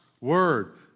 word